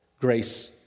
grace